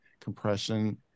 compression